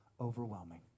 overwhelming